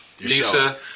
Lisa